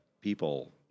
people